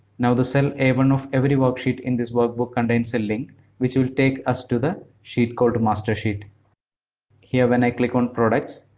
now the cell a one of every worksheet in this workbook contains a link which will take us to the sheet called master sheet here when i click on products,